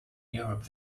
europe